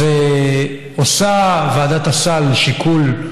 עושה ועדת הסל שיקול,